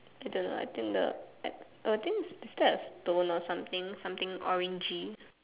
okay don't know I think the uh I think step stone or something something orangey